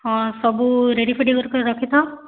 ହଁ ସବୁ ରେଡି ଫେଡି କରିକରି ରଖିଥ